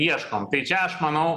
ieškome tai čia aš manau